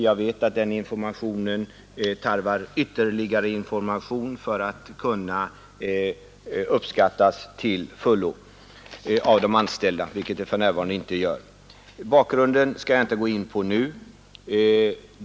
Jag vet att den informationen tarvar ytterligare information för att kunna uppskattas till fullo av de anställda, vilket för närvarande inte görs. Bakgrunden skall jag inte gå in på nu.